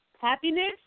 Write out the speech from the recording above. happiness